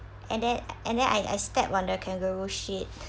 and then and then I I step on the kangaroo shit